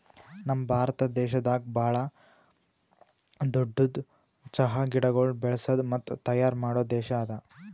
ನಮ್ ಭಾರತ ವಿಶ್ವದಾಗ್ ಭಾಳ ದೊಡ್ಡುದ್ ಚಹಾ ಗಿಡಗೊಳ್ ಬೆಳಸದ್ ಮತ್ತ ತೈಯಾರ್ ಮಾಡೋ ದೇಶ ಅದಾ